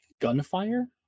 gunfire